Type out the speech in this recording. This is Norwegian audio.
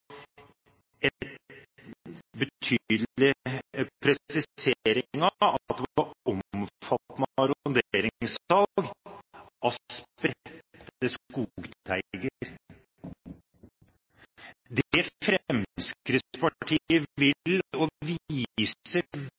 en betydelig presisering at det var et omfattende